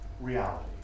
reality